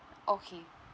okay